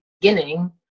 beginning